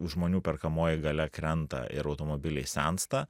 žmonių perkamoji galia krenta ir automobiliai sensta